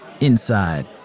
Inside